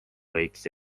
võiks